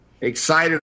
excited